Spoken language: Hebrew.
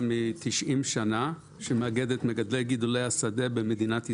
מ-90 שנה שמאגד את מגדלי גידולי השדה במדינת ישראל,